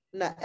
na